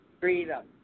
Freedom